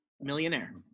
millionaire